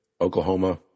Oklahoma